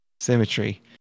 symmetry